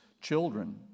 children